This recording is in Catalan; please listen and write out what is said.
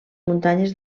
muntanyes